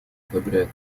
одобряет